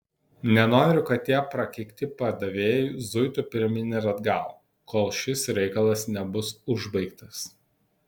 nenoriu kad tie prakeikti padavėjai zuitų pirmyn ir atgal kol šis reikalas nebus užbaigtas